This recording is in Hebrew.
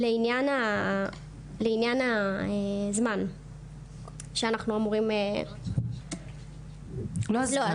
לעניין הזמן שאנחנו אמורים --- לא הזמן.